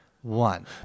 one